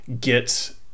get